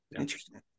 interesting